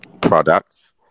products